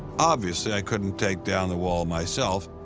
obviously i couldn't take down the wall myself,